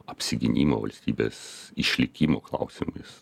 apsigynimo valstybės išlikimo klausimais